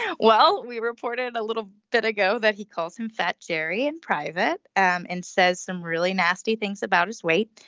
yeah well we reported a little bit ago that he calls him fat jerry in private and says some really nasty things about his weight.